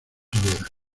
hogueras